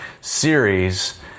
series